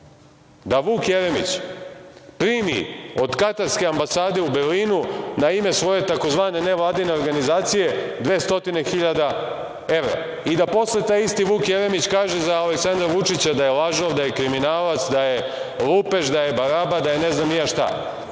da Vuk Jeremić primi od katarske ambasade u Berlinu na ime svoje tzv. nevladine organizacije 200.000 evra i da posle taj isti Vuk Jeremić kaže za Aleksandra Vučića da je lažov, da je kriminalac, da je lupež, da je baraba, da je ne znam ni ja šta.